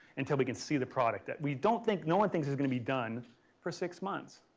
until we can see the product that we don't think, no one thinks it's going to be done for six months.